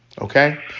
Okay